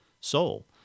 soul